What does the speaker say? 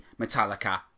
Metallica